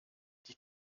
die